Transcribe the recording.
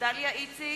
דליה איציק,